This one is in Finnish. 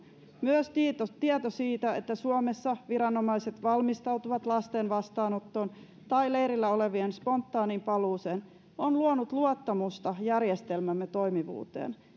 myös tieto siitä että suomessa viranomaiset valmistautuvat lasten vastaanottoon tai leirillä olevien spontaaniin paluuseen on luonut luottamusta järjestelmämme toimivuuteen